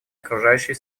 окружающей